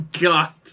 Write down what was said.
God